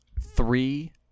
three